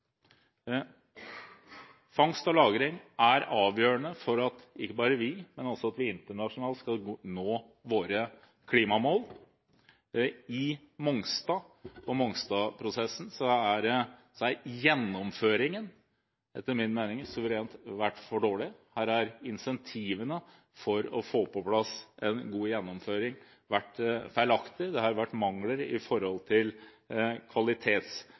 Fangst og lagring er avgjørende for at ikke bare vi, men også at man internasjonalt skal nå klimamålene. I Mongstad-prosessen har gjennomføringen etter min mening vært suverent for dårlig. Incentivene for å få på plass en god gjennomføring har vært feilaktige. Det har vært mangler med hensyn til